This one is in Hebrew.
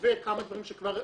וכמה דברים שכבר עשינו,